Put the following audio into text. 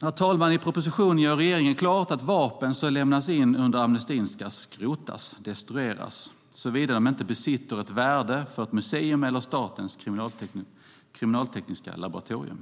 Herr talman! I propositionen gör regeringen klart att vapen som lämnas in under amnestin ska skrotas, destrueras, såvida de inte besitter ett värde för ett museum eller Statens kriminaltekniska laboratorium.